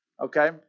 okay